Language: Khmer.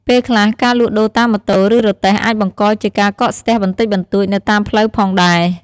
ពេលខ្លះការលក់ដូរតាមម៉ូតូ ឬរទេះអាចបង្កជាការកកស្ទះបន្តិចបន្តួចនៅតាមផ្លូវផងដែរ។